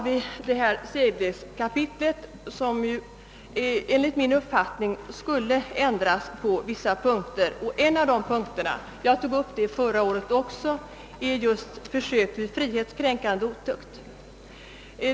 Vad beträffar sedlighetskapitlet borde det enligt min uppfattning ändras på vissa punkter. En av de punkterna — jag tog upp den frågan även förra året — gäller försök till frihetskränkande otukt.